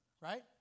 right